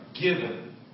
given